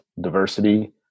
diversity